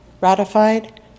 ratified